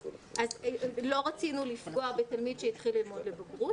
לא רצינו לפגוע בתלמיד שהתחיל ללמוד לבגרות.